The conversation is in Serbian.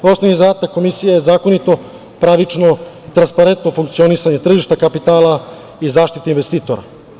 Osnovni zadatak Komisije je zakonito, pravično i transparentno funkcionisanje tržište kapitala i zaštite investitora.